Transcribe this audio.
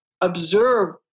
observe